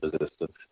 resistance